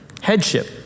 headship